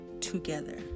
together